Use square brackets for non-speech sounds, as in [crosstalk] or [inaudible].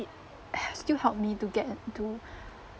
it [breath] still help me to get uh into